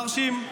מרשים.